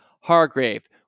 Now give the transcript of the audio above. hargrave